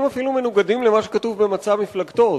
אפילו מנוגדים למה שכתוב במצע מפלגתו.